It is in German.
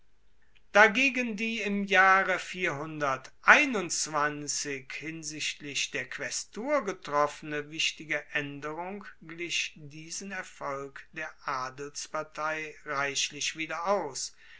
dagegen die im jahre hinsichtlich der quaestur getroffene wichtige aenderung glich diesen erfolg der adelspartei reichlich wieder aus